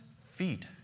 feet